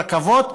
רכבות,